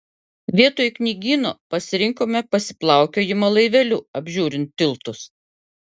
vietoj knygyno pasirinkome pasiplaukiojimą laiveliu apžiūrint tiltus